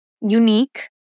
unique